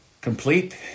Complete